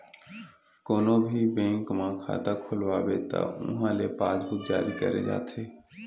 कोनो भी बेंक म खाता खोलवाबे त उहां ले पासबूक जारी करे जाथे